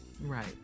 Right